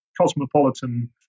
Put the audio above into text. cosmopolitan